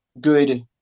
good